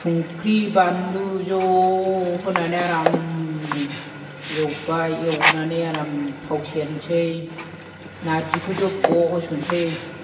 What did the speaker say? संख्रि बानलु ज' होनानै आरामनो एवबाय एवनानै आराम थाव सेरनोसै नार्जिखौ जब्ब' होसनसै